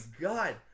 god